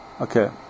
Okay